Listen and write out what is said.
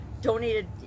donated